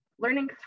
Learning